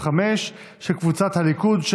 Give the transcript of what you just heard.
של קבוצת סיעת הליכוד,